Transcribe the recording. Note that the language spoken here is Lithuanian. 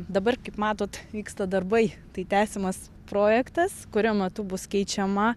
dabar kaip matot vyksta darbai tai tęsiamas projektas kurio metu bus keičiama